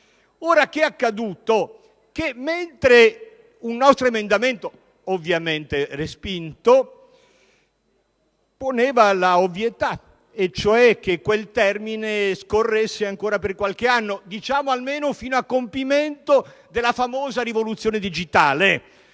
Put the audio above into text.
È accaduto che un nostro emendamento, ovviamente respinto, poneva l'ovvietà, ossia che quel termine scorresse ancora per qualche anno, diciamo almeno fino a compimento della famosa rivoluzione digitale.